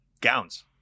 gowns